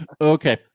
Okay